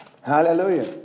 Hallelujah